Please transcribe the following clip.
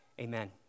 amen